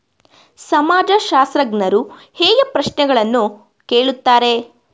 ಸಮಾಜಶಾಸ್ತ್ರಜ್ಞರು ಹೇಗೆ ಪ್ರಶ್ನೆಗಳನ್ನು ಕೇಳುತ್ತಾರೆ?